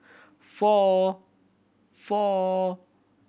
four four